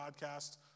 podcast